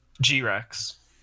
G-Rex